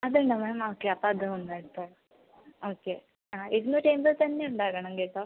അതുണ്ടോ ma'am okay അപ്പോൾ അതും ഒന്ന് എടുത്തോ ഓക്കെ ആ ഇരുനൂറ്റൻപത് തന്നെ ഉണ്ടാകണം കേട്ടോ